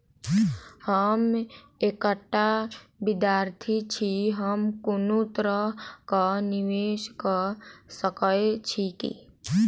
हम एकटा विधार्थी छी, हम कोनो तरह कऽ निवेश कऽ सकय छी की?